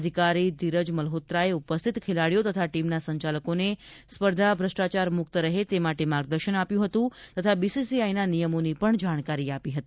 અધિકારી ધીરજ મલ્હોત્રાએ ઉપસ્થિત ખેલાડીઓ તથા ટીમના સંચાલકોને સ્પર્ધા ભ્રષ્ટાચાર મુક્ત રહે તે માટે માર્ગદર્શન આપ્યું હતું તથા બીસીસીઆઈના નિયમોની જાણકારી આપી હતી